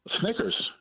snickers